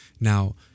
now